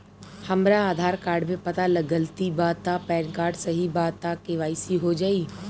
हमरा आधार कार्ड मे पता गलती बा त पैन कार्ड सही बा त के.वाइ.सी हो जायी?